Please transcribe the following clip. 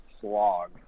slog